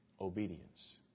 obedience